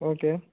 okay